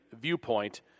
viewpoint